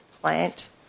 plant